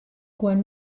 quan